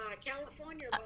California